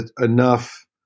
enough